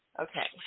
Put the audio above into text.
Okay